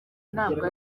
ntabwo